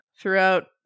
throughout